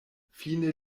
fine